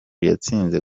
yatsinze